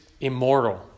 immortal